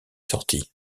sorti